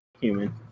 Human